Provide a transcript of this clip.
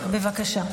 בבקשה.